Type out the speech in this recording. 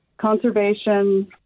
conservation